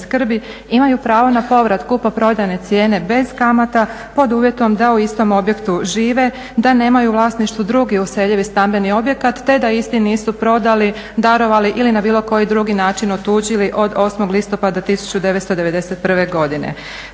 skrbi imaju pravo na povrat kupoprodajne cijene bez kamata pod uvjetom da u istom objektu žive, da nemaju u vlasništvu drugi useljivi stambeni objekat, te da isti nisu prodali, darovali ili na bilo koji drugi način otuđili od 8. listopada 1991. godine.